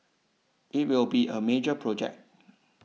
it will be a major project